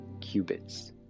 qubits